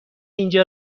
اینجا